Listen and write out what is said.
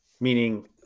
meaning